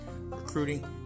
recruiting